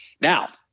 Now